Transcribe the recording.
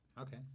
Okay